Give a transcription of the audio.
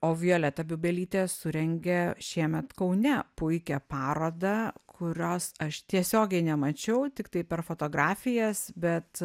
o violeta bubelytė surengė šiemet kaune puikią parodą kurios aš tiesiogiai nemačiau tiktai per fotografijas bet